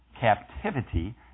captivity